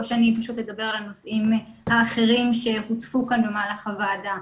או שאני פשוט אדבר על הנושאים האחרים שהוצפו כאן במהלך הדיון.